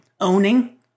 owning